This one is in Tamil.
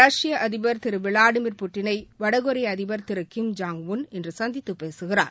ரஷ்ய அதிபர் திரு விளாடிமீர் புட்டினை வடகொரிய அதிபர் திரு கிம் ஜோங் உள் இன்று சந்தித்து பேசுகிறார்